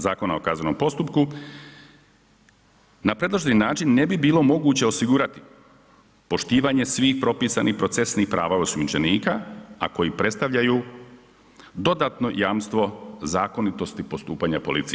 Zakona o kaznenom postupku na predloženi način ne bi bilo moguće osigurati poštivanje svih propisanih procesnih prava osumnjičenika, a koji predstavljaju dodatno jamstvo zakonitosti postupanja policije.